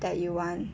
that you want